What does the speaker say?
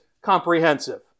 comprehensive